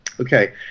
okay